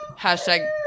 Hashtag